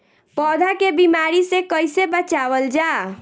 पौधा के बीमारी से कइसे बचावल जा?